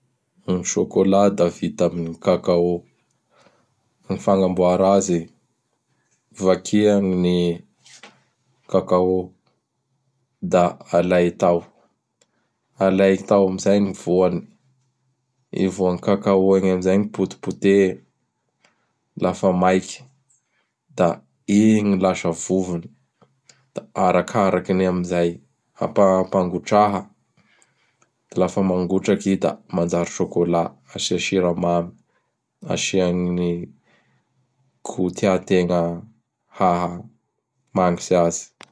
Gn chocolat da vita amin'ny Cacao. Gn fagnamboara azy: ''Vakia gn ny Cacao; da alay tao. Alay tao amin'izay gn ny voany. I voan'ny Cacao igny am zay gny potepotehy lafa maiky; da igny gn lasa vovony. Da arakarakiny am zay. Ampangotraha, da lafa mangotraky i da manjary chocolat. Asia siramamy, asia ny goût tiategna hahamagnitsy azy. "